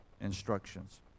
instructions